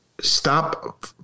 Stop